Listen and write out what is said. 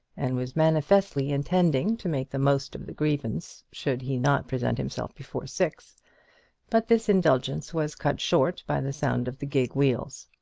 and was manifestly intending to make the most of the grievance should he not present himself before six but this indulgence was cut short by the sound of the gig wheels.